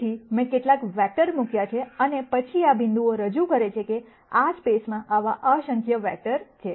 તેથી મેં કેટલાક વેક્ટર મૂક્યા છે અને પછી આ બિંદુઓ રજૂ કરે છે કે આ સ્પેસમાં આવા અસંખ્ય વેક્ટર છે